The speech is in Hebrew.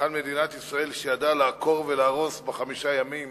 היכן מדינת ישראל, שידעה לעקור ולהרוס בחמישה ימים